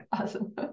awesome